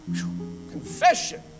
confession